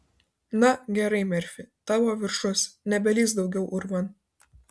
na gerai merfi tavo viršus nebelįsk daugiau urvan